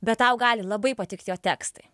bet tau gali labai patikt jo tekstai